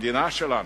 שהמדינה שלנו,